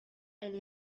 elle